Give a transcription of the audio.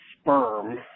sperm